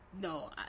no